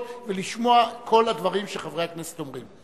ולשמוע את כל הדברים שחברי הכנסת אומרים.